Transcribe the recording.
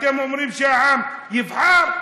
אתם אומרים שהעם יבחר?